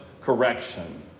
correction